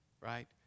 right